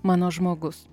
mano žmogus